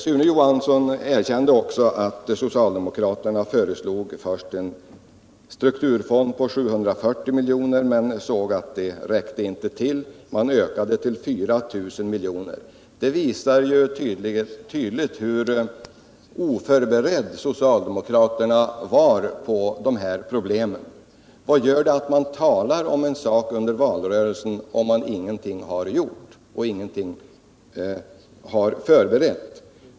Sune Johansson erkände också att socialdemokraterna först föreslog en strukturfond på 740 miljoner men såg att det inte räckte till. Man ökade så till 4 000 milj.kr. Detta visar tydligt hur oförberedda socialdemokraterna var. Vad hjälper det att man talar om en sak under valrörelsen om man ingenting har gjort och ingenting har förberett?